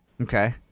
Okay